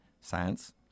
science